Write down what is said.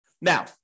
now